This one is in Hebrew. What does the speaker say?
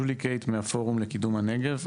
ג'ולי קייט מהפורום לקידום הנגב.